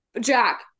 Jack